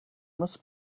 must